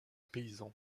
paysans